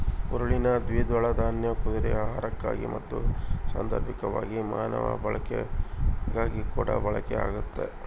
ಹುರುಳಿ ದ್ವಿದಳ ದಾನ್ಯ ಕುದುರೆ ಆಹಾರಕ್ಕಾಗಿ ಮತ್ತು ಸಾಂದರ್ಭಿಕವಾಗಿ ಮಾನವ ಬಳಕೆಗಾಗಿಕೂಡ ಬಳಕೆ ಆಗ್ತತೆ